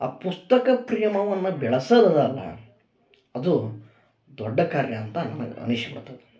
ಆ ಪುಸ್ತಕ ಪ್ರೇಮವನ್ನು ಬೆಳೆಸಿದ್ರಲ್ಲ ಅದು ದೊಡ್ಡ ಕಾರ್ಯ ಅಂತ ನನಗೆ ಅನಿಸ್ಬಿಡ್ತು